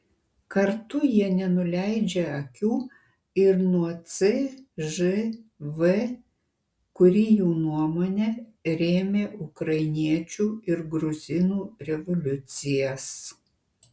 kartu jie nenuleidžia akių ir nuo cžv kuri jų nuomone rėmė ukrainiečių ir gruzinų revoliucijas